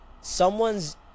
someone's